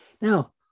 Now